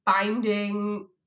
finding